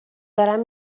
دارم